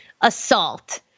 assault